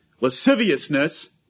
Lasciviousness